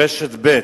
ברשת ב',